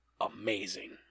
amazing